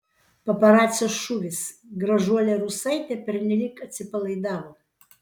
paparacio šūvis gražuolė rusaitė pernelyg atsipalaidavo